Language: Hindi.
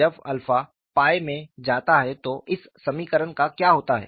जब 𝜶 𝝅 में जाता है तो इस समीकरण का क्या होता है